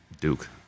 Duke